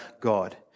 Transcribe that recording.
God